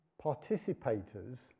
Participators